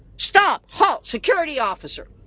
stop! halt! security officer.